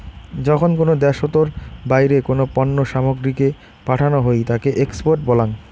যখন কোনো দ্যাশোতর বাইরে কোনো পণ্য সামগ্রীকে পাঠানো হই তাকে এক্সপোর্ট বলাঙ